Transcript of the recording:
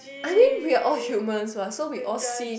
I think we are all humans what so we all see